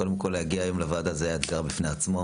קודם כל להגיע היום לוועדה זה היה אתגר בפני עצמו.